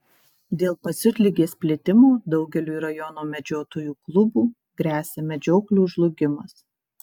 dėl pasiutligės plitimo daugeliui rajono medžiotojų klubų gresia medžioklių žlugimas